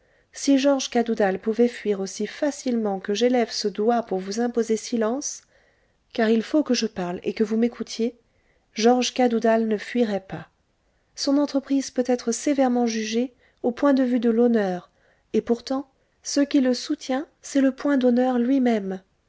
si georges cadoudal pouvait fuir aussi facilement que j'élève ce doigt pour vous imposer silence car il faut que je parle et que vous m'écoutiez georges cadoudal ne fuirait pas son entreprise peut être sévèrement jugée au point de vue de l'honneur et pourtant ce qui le soutient c'est le point d'honneur lui-même